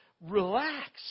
relax